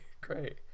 great